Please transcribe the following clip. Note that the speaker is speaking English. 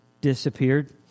disappeared